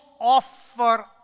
offer